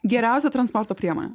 geriausia transporto priemonė